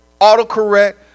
autocorrect